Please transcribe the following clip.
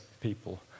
people